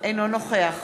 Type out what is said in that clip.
אינו נוכח